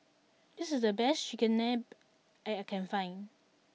this is the best Chigenabe that I can find